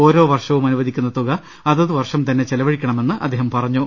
ഓരോ വർഷവും അനുവദിക്കുന്ന തുക അതത് വർഷം തന്നെ ചെലവഴിക്കണമെന്ന് അദ്ദേഹം പറഞ്ഞു